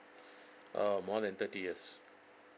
uh more than thirty years